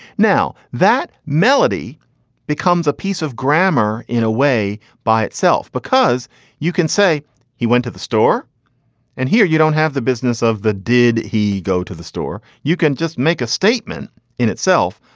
now that melody becomes a piece of grammar in a way by itself, because you can say he went to the store and here you don't have the business of the. did he go to the store? you can just make a statement in itself.